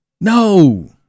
no